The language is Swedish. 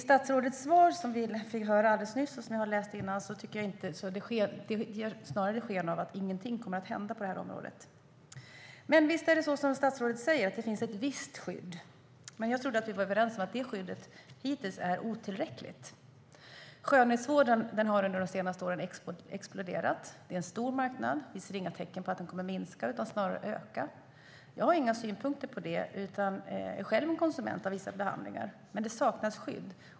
Statsrådets svar som vi fick höra alldeles nyss och som jag läst innan ger snarare sken av att ingenting kommer att hända på området. Visst är det som statsrådet säger att det finns ett visst skydd. Men jag trodde att vi var överens om att det skyddet hittills har varit otillräckligt. Skönhetsvården har under de senaste åren exploderat. Det är en stor marknad, och vi ser inga tecken på att den kommer att minska, utan den kommer snarare att öka. Jag har inga synpunkter på det och är själv en konsument av vissa behandlingar. Men det saknas skydd.